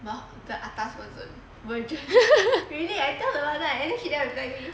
well the atas version really I tell nirvana and then she never reply me